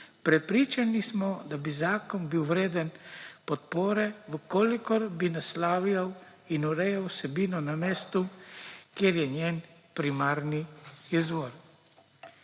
Prepričani smo, da bi bil zakon vreden podpore, če bi naslavljal in urejal vsebino na mestu, kjer je njen primarni izvor.